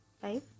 Five